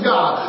God